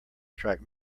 track